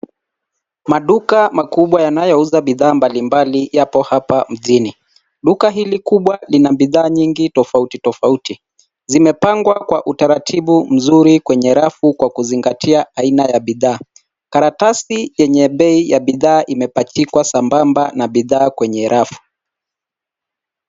Maduka makubwa yanayouza bidhaa mbalimbali yapo hapa mjini, duka hili kubwa lina bidhaa nyingi tofautitofauti. Zimepangwa kwa utaratibu mzuri kwenye rafu kwa kuzingatia aina ya bidhaa, karatasi yenye bei ya bidhaa imepachikwa sambamba na bidhaa kwenye rafu.